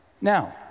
Now